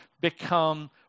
become